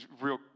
real